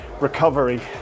recovery